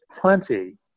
plenty